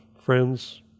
friends